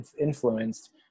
influenced